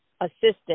assistant